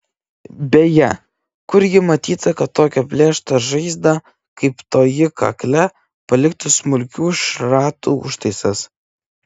beje kurgi matyta kad tokią plėštą žaizdą kaip toji kakle paliktų smulkių šratų užtaisas